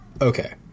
Okay